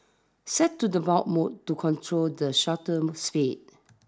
set to the bulb mode to control the shutter spade